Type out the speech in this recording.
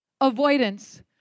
Avoidance